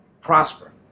prosper